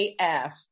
AF